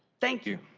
thank you.